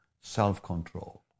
self-control